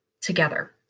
together